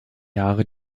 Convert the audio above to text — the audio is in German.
jahre